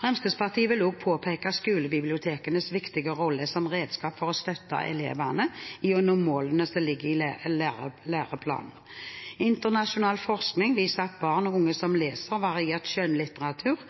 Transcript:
Fremskrittspartiet vil også påpeke skolebibliotekenes viktige rolle som redskap for å støtte elevene i å nå målene som ligger i læreplanen. Internasjonal forskning viser at barn og unge som leser variert skjønnlitteratur